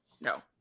no